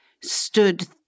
stood